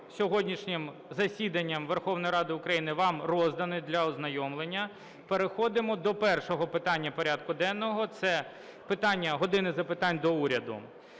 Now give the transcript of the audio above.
сьогоднішнім засіданням Верховної Ради України, вам розданий для ознайомлення. Переходимо до першого питання порядку денного – це питання "година запитань до Уряду".